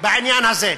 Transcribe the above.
בעניין הזה?